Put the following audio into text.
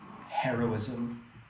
heroism